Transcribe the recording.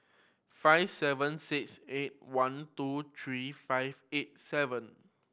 five seven six eight one two three five eight seven